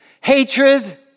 Hatred